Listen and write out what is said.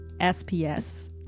SPS